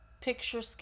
Picture